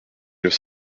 neuf